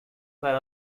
were